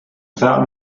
without